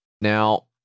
Now